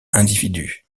individus